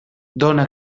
dóna